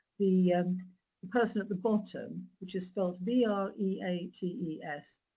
the and the person at the bottom, which is spelled b r e a t e s,